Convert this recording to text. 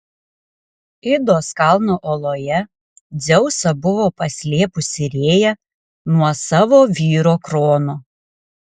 idos kalno oloje dzeusą buvo paslėpusi rėja nuo savo vyro krono